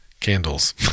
Candles